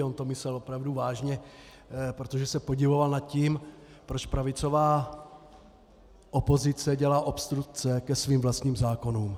On to myslel opravdu vážně, protože se podivoval nad tím, proč pravicová opozice dělá obstrukce ke svým vlastním zákonům.